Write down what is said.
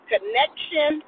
connection